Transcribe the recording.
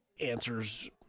answers